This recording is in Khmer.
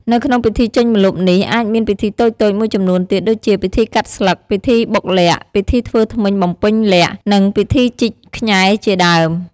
នៅក្នុងពិធីចេញម្លប់នេះអាចមានពិធីតូចៗមួយចំនួនទៀតដូចជា ពិធីកាត់ស្លឹក ពិធីបុកល័ក្ត ពិធីធ្វើធ្មេញបំពេញលក្ខណ៍ និងពិធីជីកខ្ញែជាដើម។